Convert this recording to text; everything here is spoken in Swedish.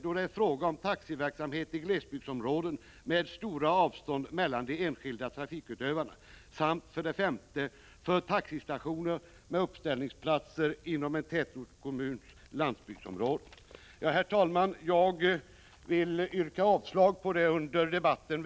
Då det är fråga om taxiverksamhet i glesbygdsområden med stora avstånd mellan de enskilda trafikutövarna Herr talman! Jag yrkar avslag på det yrkande Hans Nyhage väckt under debatten.